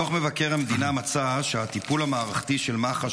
דוח מבקר המדינה מצא שהטיפול המערכתי של מח"ש